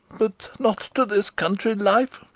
but not to this country life.